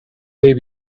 they